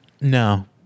No